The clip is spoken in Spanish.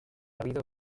habido